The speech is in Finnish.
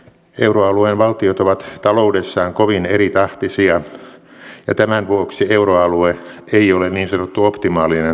euroalueen valtiot ovat taloudessaan kovin eritahtisia ja tämän vuoksi euroalue ei ole niin sanottu optimaalinen valuutta alue